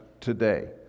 today